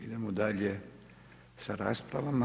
Idemo dalje sa raspravama.